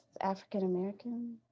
african-american